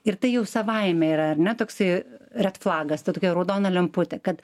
ir tai jau savaime yra ar ne toksai redflagas ta tokia raudona lemputė kad